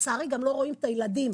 לצערי גם לא רואים את הילדים.